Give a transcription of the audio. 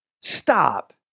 stop